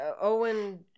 Owen